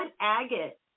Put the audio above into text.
agate